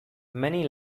many